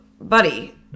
Buddy